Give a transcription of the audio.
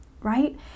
right